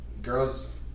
Girls